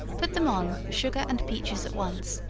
put them on, sugar and peaches at once,